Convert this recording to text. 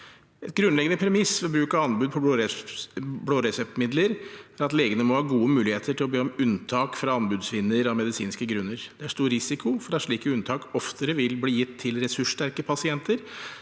Et grunnleggende premiss ved bruk av anbud på blåreseptlegemidler er at legene må ha gode muligheter til å be om unntak fra anbudsvinner av medisinske grunner. Det er stor risiko for at slike unntak oftere vil bli gitt til ressurssterke pasienter